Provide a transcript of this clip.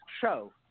show